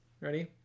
Ready